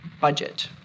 budget